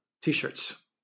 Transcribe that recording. T-shirts